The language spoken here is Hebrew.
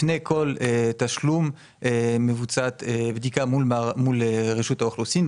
לפני כל תשלום נערכת בדיקה מול רשות האוכלוסין.